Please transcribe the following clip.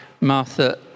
Martha